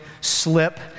slip